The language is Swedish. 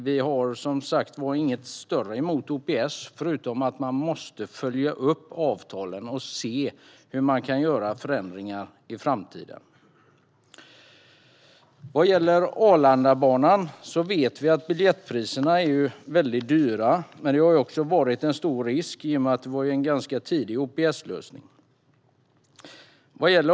Vi har inte något särskilt emot OPS, men man måste följa upp avtalen och se hur man kan göra förändringar i framtiden. Vad gäller Arlandabanan vet vi att biljettpriserna är väldigt höga, men det har också varit en stor risk i och med att detta var en ganska tidig OPS-lösning.